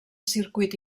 circuit